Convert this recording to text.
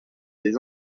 des